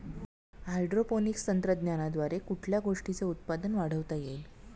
Hydroponics तंत्रज्ञानाद्वारे कुठल्या गोष्टीचे उत्पादन वाढवता येईल?